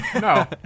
No